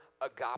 agape